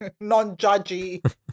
non-judgy